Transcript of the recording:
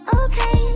okay